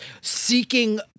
seeking